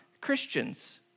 Christians